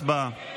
הצבעה.